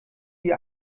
wie